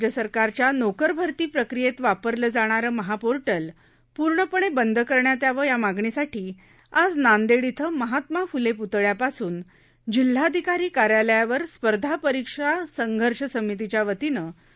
राज्य सरकारच्या नोकर भरती प्रक्रियेत वापरलं जाणारं महापोर्टल पूर्णपणे बंद करण्यात यावं या मागणीसाठी आज नांदेड इथं महात्मा फुले प्तळ्यापासून जिल्हाधिकारी कार्यालयावर स्पर्धा परिक्षा संघर्ष समितीच्या वतीनं मोर्चा काढला होता